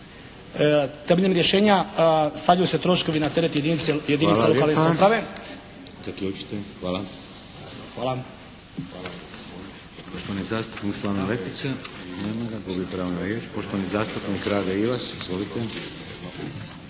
Kad vidim rješenja stavljaju se troškovi na teret jedinica lokalne samouprave…